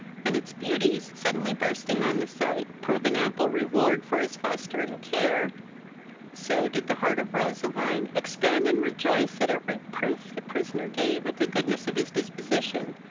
and its beauties, suddenly bursting on the sight, prove an ample reward for his fostering care so did the heart of roseline expand and rejoice at every proof the prisoner gave of the goodness of his disposition,